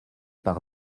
par